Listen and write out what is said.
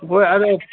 ꯍꯣꯏ ꯑꯗꯣ